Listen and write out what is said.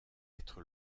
être